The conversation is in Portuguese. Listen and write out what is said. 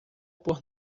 por